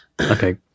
Okay